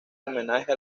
homenaje